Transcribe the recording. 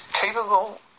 Capable